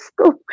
school